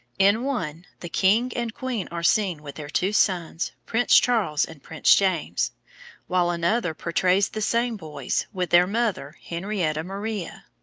in one, the king and queen are seen, with their two sons, prince charles and prince james while another portrays the same boys, with their mother, henrietta maria.